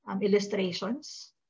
illustrations